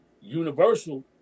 Universal